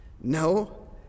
No